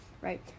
right